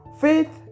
Faith